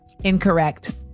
Incorrect